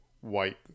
white